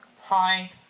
hi